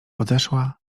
odeszła